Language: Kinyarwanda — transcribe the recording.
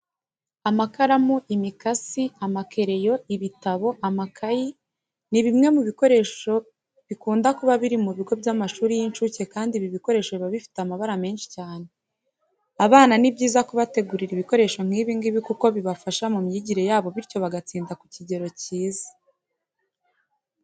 Amakaramu, imikasi, amakereyo, ibitabo, amakayi ni bimwe mu bikoresho kibunda kuba biri mu bigo by'amashuri y'inshuke kandi ibi bikoresho biba bifite amabara menshi cyane. Abana ni byiza kubategurira ibikoresho nk'ibi ngibi kuko bibafasha mu myigire yabo bityo bagatsinda ku kigero kiza.